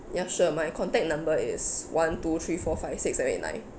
ya sure my contact number is one two three four five six seven eight nine